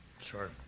sure